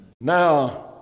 Now